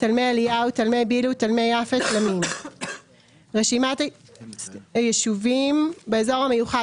תלמי אליהו תלמי ביל"ו תלמי יפה תלמים רשימת היישובים באזור המיוחד